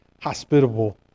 hospitable